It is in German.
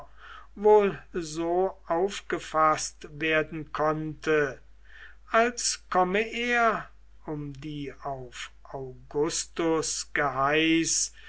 wohl so aufgefaßt werden konnte als komme er um die auf augustus geheiß